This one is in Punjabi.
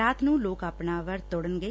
ਰਾਤ ਨੂੰ ਲੋਕ ਆਪਣਾ ਵਰਤ ਤੋੜਨਗੇ